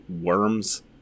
worms